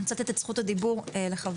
אני נותנת את זכות הדיבור לחברתי,